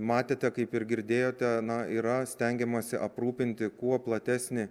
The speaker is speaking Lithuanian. matėte kaip ir girdėjote na yra stengiamasi aprūpinti kuo platesnį